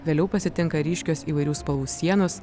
vėliau pasitinka ryškios įvairių spalvų sienos